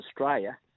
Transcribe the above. Australia